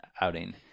outing